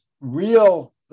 real